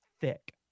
thick